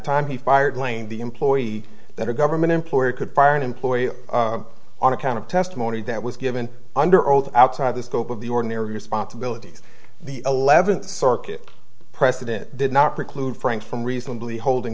time he fired claim the employee that a government employee could fire an employee on account of testimony that was given under oath outside the scope of the ordinary responsibilities the eleventh circuit precedent did not preclude frank from reasonably holding